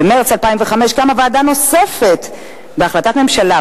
במרס 2005 קמה ועדה נוספת בהחלטת ממשלה,